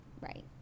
right